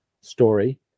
story